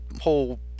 whole